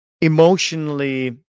emotionally